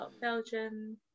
belgium